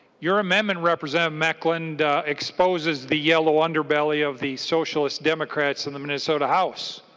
your amendment representative mekeland exposes the yellow underbelly of the socialist democrats in the minnesota house.